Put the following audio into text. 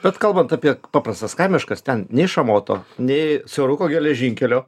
bet kalbant apie paprastas kaimiškas ten nei šamoto nei siauruko geležinkelio